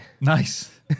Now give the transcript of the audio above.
nice